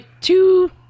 two